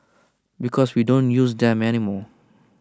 because we don't use them anymore